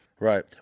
right